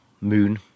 moon